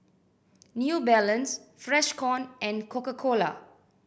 New Balance Freshkon and Coca Cola